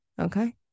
Okay